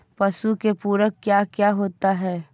पशु के पुरक क्या क्या होता हो?